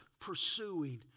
pursuing